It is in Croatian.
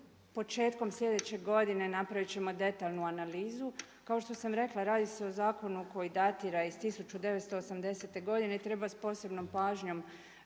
početkom slijedeće godine napravit ćemo detaljnu analizu. Kao što sam rekla radi se o zakonu koji datira iz 1980. godine i treba s posebnom pažnjom